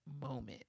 moment